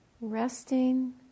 Resting